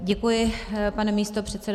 Děkuji, pane místopředsedo.